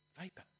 vapor